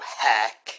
hack